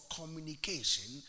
communication